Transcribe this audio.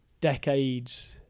decades